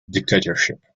dictatorship